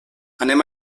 anem